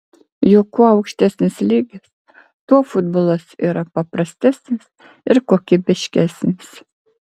juk kuo aukštesnis lygis tuo futbolas yra paprastesnis ir kokybiškesnis